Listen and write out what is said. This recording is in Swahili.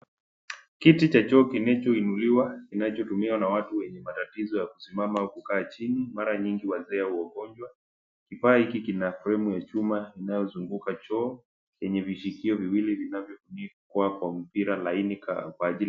Kiti cha choo kinachoinuliwa kinachotumiwa na watu wenye matatizo ya kusimama au kukaa chini mara nyingi wazee au wagonjwa. Kifaa hiki kina fremu ya chuma inayozunguka choo yenye vishikio viwili vinavyofunikwa kwa mpira laini kwa ajili